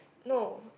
no